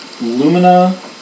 Lumina